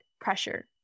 pressure